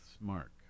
mark